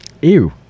Ew